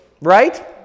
right